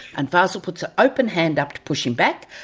and fazel puts an open hand up to push him back.